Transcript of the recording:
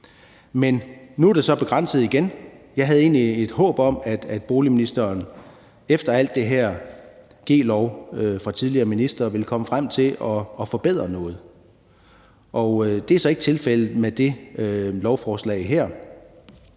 Men nu er det så begrænset igen. Jeg havde egentlig et håb om, at boligministeren efter alle de g-love fra tidligere ministre ville komme frem til at forbedre noget. Og det er så ikke tilfældet med det lovforslag her.